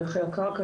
לערכי הקרקע,